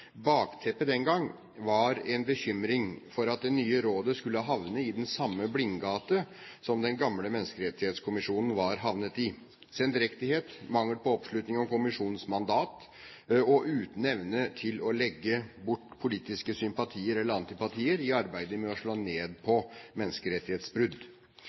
Bakteppet den gang var en bekymring for at det nye rådet skulle havne i den samme blindgaten som den gamle menneskerettighetskommisjonen var havnet i – med sendrektighet, mangel på oppslutning om kommisjonens mandat og uten evne til å legge bort politiske sympatier eller antipatier i arbeidet med å slå ned